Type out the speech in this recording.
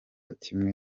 kimwe